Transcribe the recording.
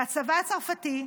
והצבא הצרפתי,